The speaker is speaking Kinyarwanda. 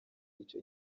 icyo